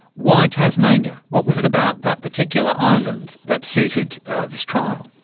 why tasmania? what was it about that particular island that suited this trial?